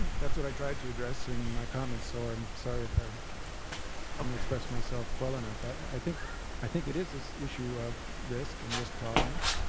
that's what i tried to address in my comments, so i'm sorry if i didn't express myself well enough. i think i think it is this issue of risk and risk tolerance.